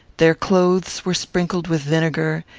their clothes were sprinkled with vinegar,